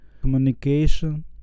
communication